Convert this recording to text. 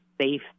safety